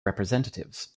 representatives